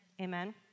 Amen